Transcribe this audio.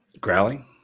Growling